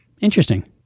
interesting